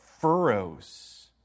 furrows